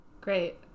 Great